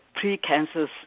pre-cancers